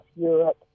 Europe